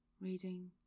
reading